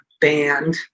band